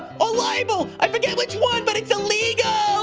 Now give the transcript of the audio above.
ah liable. i forget which one, but it's illegal.